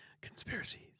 Conspiracies